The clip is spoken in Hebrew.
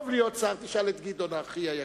טוב להיות שר, תשאל את גדעון עזרא, אחי היקר,